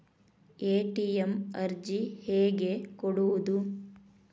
ATM ಅರ್ಜಿ ಹೆಂಗೆ ಕೊಡುವುದು?